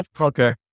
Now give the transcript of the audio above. okay